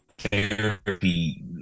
therapy